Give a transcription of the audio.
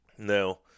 Now